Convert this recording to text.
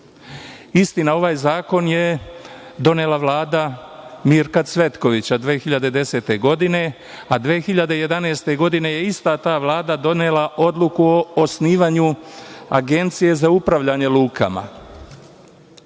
ovaj zakon je donela vlada Mirka Cvetkovića 2010. godine, a 2011. godine je ista ta vlada donela odluku o osnivanju Agencije za upravljanje lukama.